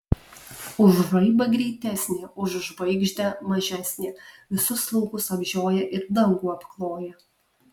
už žaibą greitesnė už žvaigždę mažesnė visus laukus apžioja ir dangų apkloja